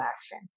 action